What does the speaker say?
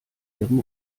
ihrem